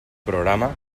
programa